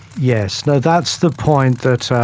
yes no, that's the point that,